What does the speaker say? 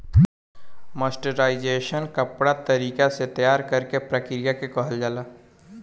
mercerisation कपड़ा तरीका से तैयार करेके प्रक्रिया के कहल जाला